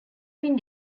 fin